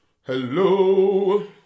Hello